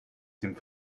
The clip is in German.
dem